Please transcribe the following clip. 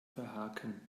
verhaken